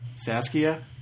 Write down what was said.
Saskia